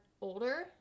older